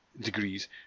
degrees